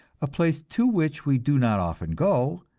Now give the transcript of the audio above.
a place to which we do not often go,